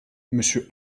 monsieur